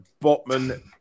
Botman